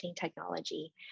technology